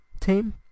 team